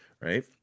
right